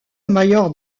mayor